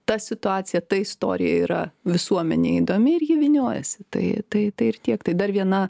ta situacija ta istorija yra visuomenei įdomi ir ji vyniojasi tai tai tai ir tiek tai dar viena